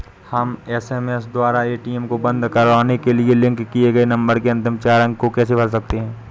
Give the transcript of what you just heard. हम एस.एम.एस द्वारा ए.टी.एम को बंद करवाने के लिए लिंक किए गए नंबर के अंतिम चार अंक को कैसे भर सकते हैं?